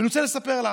אני רוצה לספר לך,